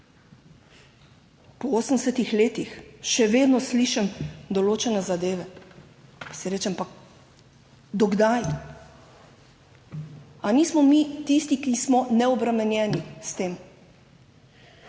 po 80 letih, še vedno slišim določene zadeve, pa si rečem, pa do kdaj. Ali nismo mi tisti, ki smo neobremenjeni s tem?